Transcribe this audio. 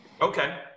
Okay